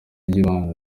ry’ibanze